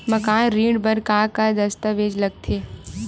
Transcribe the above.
मकान ऋण बर का का दस्तावेज लगथे?